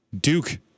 Duke